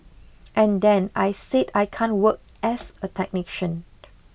and then I said I can't work as a technician